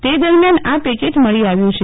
તે દરમિથાન આ પેકેટ મળી આવ્યું છે